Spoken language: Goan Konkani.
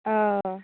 होय